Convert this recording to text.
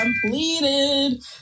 completed